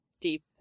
deep